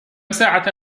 ساعة